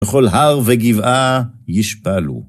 וכל הר וגבעה ישפלו.